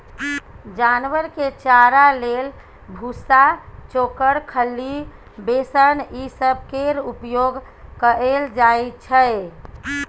जानवर के चारा लेल भुस्सा, चोकर, खल्ली, बेसन ई सब केर उपयोग कएल जाइ छै